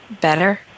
better